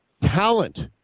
talent